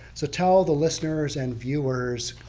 so tell the listeners and viewers